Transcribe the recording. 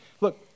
Look